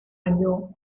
año